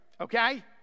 Okay